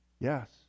Yes